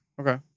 Okay